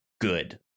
good